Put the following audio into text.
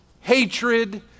hatred